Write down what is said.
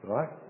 Right